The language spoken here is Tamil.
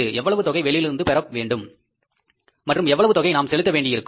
எவ்வளவு தொகை வெளியிலிருந்து பெற வேண்டும் மற்றும் எவ்வளவு தொகை நாம் செலுத்த வேண்டியிருக்கும்